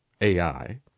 AI